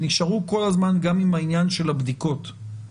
ה-דלתא אלא נשארו כל הזמן גם עם העניין של הבדיקות כדי